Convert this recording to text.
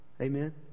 Amen